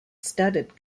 studded